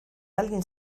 alguien